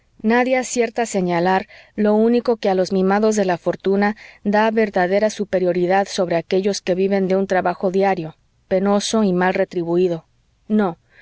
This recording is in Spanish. nadie acierta a señalar lo único que a los mimados de la fortuna da verdadera superioridad sobre aquéllos que viven de un trabajo diario penoso y mal retribuído no